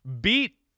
Beat